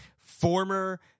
Former